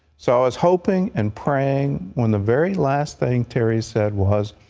so i was hoping and praying when the very last thing terry said was,